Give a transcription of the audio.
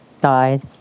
died